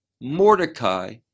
Mordecai